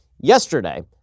yesterday